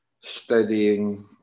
steadying